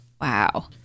Wow